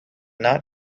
not